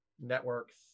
networks